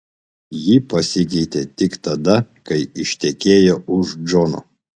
ji pasikeitė tik tada kai ištekėjo už džono